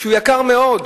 שהוא יקר מאוד.